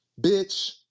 Bitch